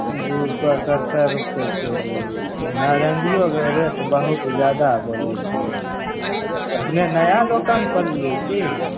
दू सए सत्तरि रुपिए के जी नारंगियोके रेट बहुत जादा बोलैत छियै अपने नया दोकान खोललियै की